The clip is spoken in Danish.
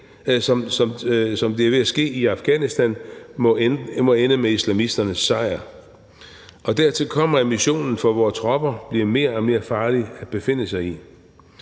som det er ved at ske i Afghanistan – må ende med islamisternes sejr. Og dertil kommer, at missionen for vores tropper bliver mere og mere farlig at befinde sig i.